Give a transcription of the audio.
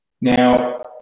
Now